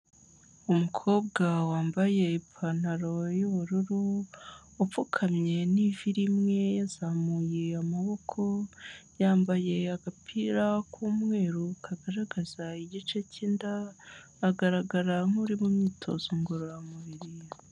Umukobwa wambaye ipantaro y'ubururu, upfukamye n'ivi rimwe, yazamuye amaboko, yambaye agapira k'umweru kagaragaza igice cy'inda, agaragara nk'uri mu myitozo ngororamubiri.